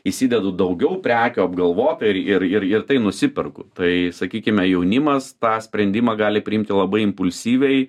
įsidedu daugiau prekių apgalvotai ir ir ir ir tai nusiperku tai sakykime jaunimas tą sprendimą gali priimti labai impulsyviai